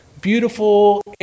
beautiful